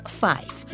five